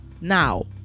now